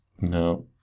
No